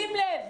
שים לב,